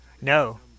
No